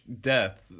death